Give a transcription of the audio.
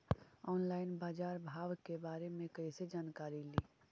Online बाजार भाव के बारे मे कैसे जानकारी ली?